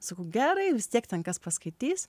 sakau gerai vis tiek ten kas paskaitys